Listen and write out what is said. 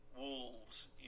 wolves